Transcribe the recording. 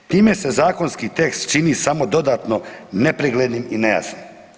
Time se zakonski tekst čini samo dodatno nepreglednim i nejasnim.